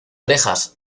orejas